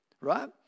right